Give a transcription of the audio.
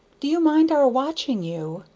do you mind our watching you?